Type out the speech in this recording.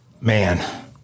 Man